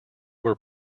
were